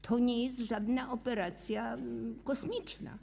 To nie jest żadna operacja kosmiczna.